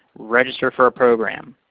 register for a program.